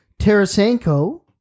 Tarasenko